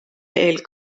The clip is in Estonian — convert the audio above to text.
veel